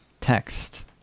text